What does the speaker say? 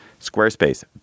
Squarespace